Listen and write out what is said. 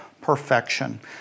perfection